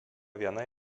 viena